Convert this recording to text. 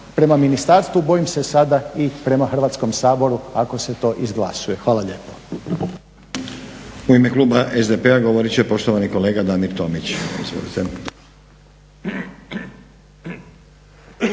prema ministarstvu, bojim se sada i prema Hrvatskom saboru ako se to izglasuje. Hvala lijepo.